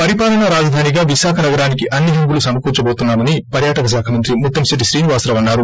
పరిపాలనా రాజధానిగా విశాఖ నగరానికి అన్ని హంగులు సమకూర్పబోతున్నామని పర్యాటక శాఖ మంత్రి ముత్తంశెట్లి శ్రీనివాసరావు అన్నారు